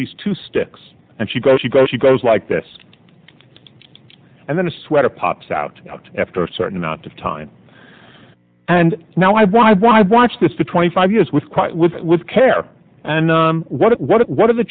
these two sticks and she goes she goes she goes like this and then the sweater pops out after a certain amount of time and now i want to watch this for twenty five years with quite with care and what what what are the